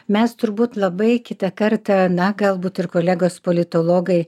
mes turbūt labai kitą kartą na galbūt ir kolegos politologai